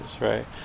Right